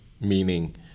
meaning